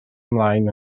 ymlaen